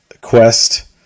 quest